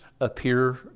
appear